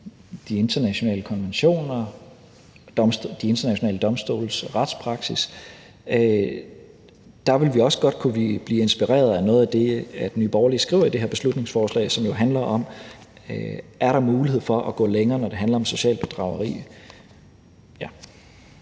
og det, som er de internationale domstoles retspraksis, ville vi også godt kunne blive inspireret af noget af det, Nye Borgerlige skriver i det her beslutningsforslag, som jo handler om, om der er mulighed for at gå længere, når det handler om socialt bedrageri.